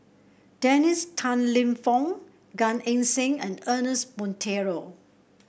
Dennis Tan Lip Fong Gan Eng Seng and Ernest Monteiro